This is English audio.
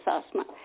assessment